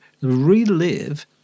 relive